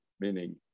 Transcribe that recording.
meaning